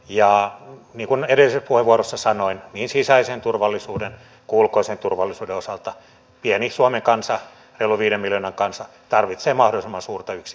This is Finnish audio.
niin kuin edellisessä puheenvuorossani sanoin niin sisäisen turvallisuuden kuin ulkoisen turvallisuuden osalta pieni suomen kansa reilu viiden miljoonan kansa tarvitsee mahdollisimman suurta yksimielisyyttä